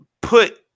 put